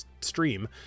stream